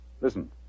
Listen